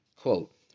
Quote